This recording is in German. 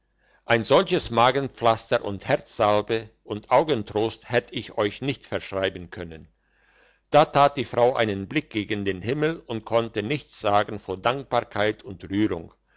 ein solches magenpflaster und herzsalbe und augentrost hätt ich euch nicht verschreiben können da tat die frau einen blick gegen den himmel und konnte nichts sagen vor dankbarkeit und rührung